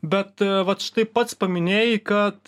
bet vat štai pats paminėjai kad